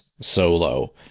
Solo